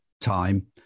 time